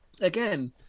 again